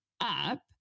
up